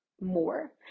more